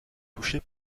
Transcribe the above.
touchée